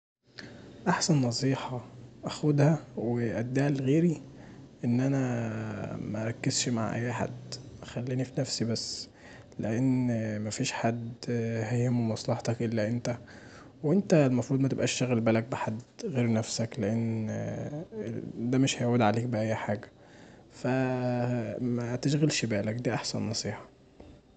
احسن نصيحة آخدها واديها لغيري ان انا مركزش مع اي حد، اخليني في نفسي بس، لأن مفيش حد هيهمه مصلحتك الا انت وانت المفروض متبقاش شاغل بالك بحد غير نفسك لأن دا مش هيعود عليك بأي حاجه فمتغلش بالك دي احسن نصيحه.